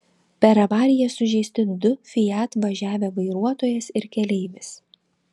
per avariją sužeisti du fiat važiavę vairuotojas ir keleivis